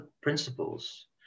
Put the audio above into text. principles